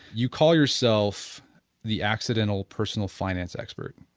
you call yourself the accidental personal finance expert.